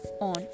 on